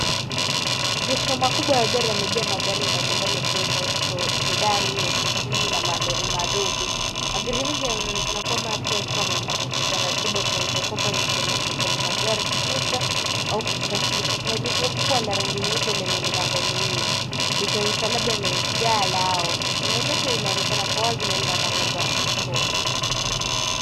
Maegesho makubwa ya gari yamejaa magari mbalimbali yakiwemo Sedan, SUV na malori madogo. Magari mengi yanaonekana kuwa mapya yakiwa yamepangwa kwa utaratibu yakionyesha kuwa hapa ni sehemu ya kuhifadhi magari, kuuza au kusafirisha. Kuna jengo kubwa la rangi nyeupe lenye milango miwili likionyesha labda ni ghala au ofisi. Eneo lote linaonekana kwa wazi na lina mwangaza wa kutosha.